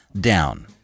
down